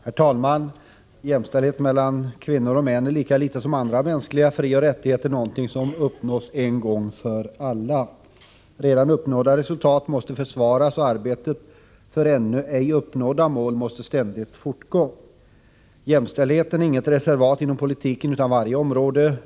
Herr talman! Jämställdhet mellan kvinnor och män är, lika litet som andra mänskliga frioch rättigheter, någonting som uppnås en gång för alla. Redan uppnådda resultat måste försvaras, och arbetet med att nå ännu ej uppnådda mål måste ständigt fortgå. Jämställdheten är inget reservat inom politiken, utan på varje område —t.ex.